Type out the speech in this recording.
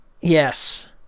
yes